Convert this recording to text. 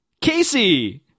Casey